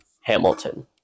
Hamilton